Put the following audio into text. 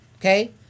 okay